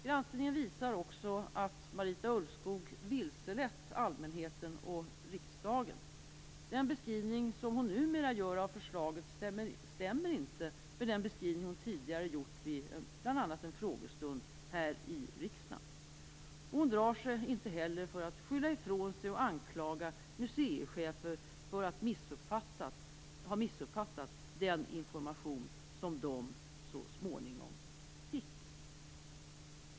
Granskningen visar också att Marita Ulvskog vilselett allmänheten och riksdagen. Den beskrivning som hon numera gör av förslaget stämmer inte med den beskrivning hon tidigare gjort bl.a. vid en frågestund här i riksdagen. Hon drar sig inte heller för att skylla ifrån sig och anklaga museichefer för att ha missuppfattat den information som de så småningom fick.